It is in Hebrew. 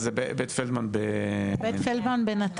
בית פלדמן בנתניה?